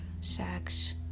Sex